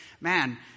Man